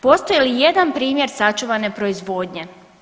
Postoji li ijedan primjer sačuvane proizvodnje?